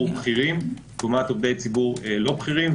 בכירים לעומת עובדי ציבור לא בכירים,